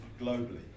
globally